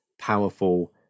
powerful